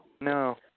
No